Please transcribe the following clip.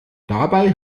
dabei